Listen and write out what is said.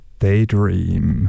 Daydream